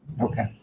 Okay